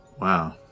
Wow